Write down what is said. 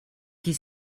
qui